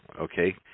okay